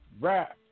rap